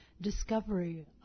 discovery